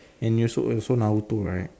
and you also also Naruto right